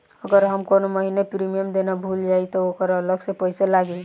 अगर हम कौने महीने प्रीमियम देना भूल जाई त ओकर अलग से पईसा लागी?